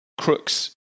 crooks